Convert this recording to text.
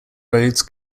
roads